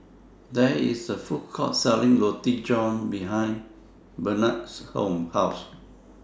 There IS A Food Court Selling Roti John behind Barnard's House